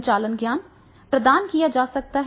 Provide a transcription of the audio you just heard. संचालन ज्ञान प्रदान किया जा सकता है